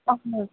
اَہَن حظ